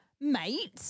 mate